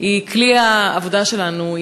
היא כלי העבודה שלנו,